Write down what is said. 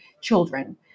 children